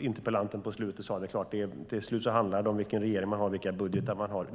interpellanten sade handlar det till slut om vilken regering och vilka budgetar man har.